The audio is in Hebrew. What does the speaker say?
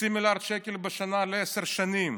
חצי מיליארד שקל בשנה לעשר שנים,